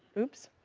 oops,